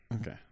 Okay